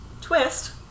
Twist